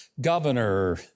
Governor